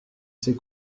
ses